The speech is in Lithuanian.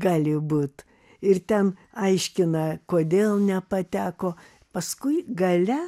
gali būt ir ten aiškina kodėl nepateko paskui gale